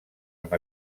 amb